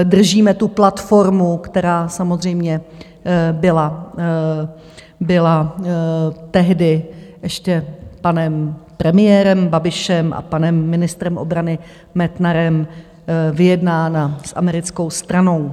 Držíme tu platformu, která samozřejmě byla tehdy ještě panem premiérem Babišem a panem ministrem obrany Metnarem vyjednána s americkou stranou.